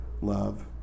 love